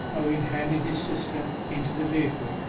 owen handed his sister into the vehicle,